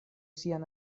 sian